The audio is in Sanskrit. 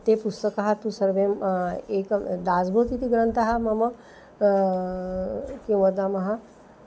ते पुस्तकं तु सर्वे एक दास्बेत् इति ग्रन्थः मम किं वदामः